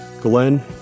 Glenn